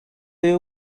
you